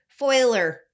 foiler